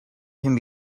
can